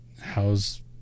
how's